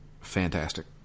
fantastic